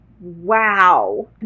wow